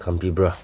ꯈꯟꯕꯤꯕ꯭ꯔꯥ